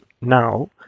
now